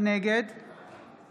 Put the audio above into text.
נגד